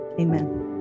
amen